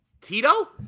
Tito